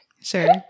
Sure